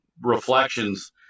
reflections